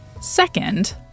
Second